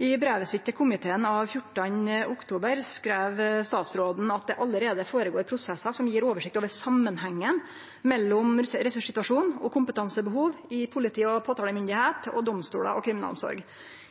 I brev til komiteen av 14. oktober skreiv statsråden at det allereie går føre seg «prosesser som gir oss oversikt over sammenhengen mellom ressurssituasjonen og fremtidig kompetansebehov i politiet og påtalemyndigheten, domstolene og